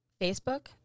Facebook